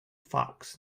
fox